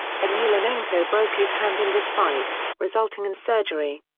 emelianenko broke his hand in this fight, resulting in surgery.